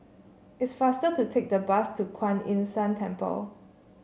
it's faster to take the bus to Kuan Yin San Temple